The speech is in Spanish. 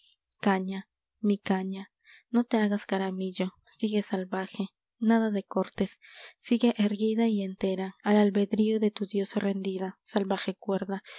caña mi caña no te hagas caramillo sigue salvaje nada de cortes sigue erguida y entera al albedrío de tu dios rendida salvaje cuerda